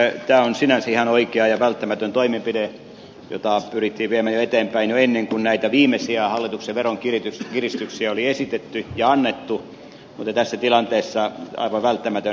tämä on sinänsä ihan oikea ja välttämätön toimenpide jota pyrittiin viemään eteenpäin jo ennen kuin näitä viimeisiä hallituksen veronkiristyksiä oli esitetty ja annettu tässä tilanteessa aivan välttämätön